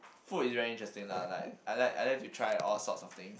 food is very interesting lah like I like I like to try all sorts of things